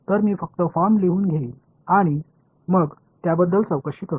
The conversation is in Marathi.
तर मी फक्त फॉर्म लिहून घेईन आणि मग त्याबद्दल चौकशी करू